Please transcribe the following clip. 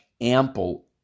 ample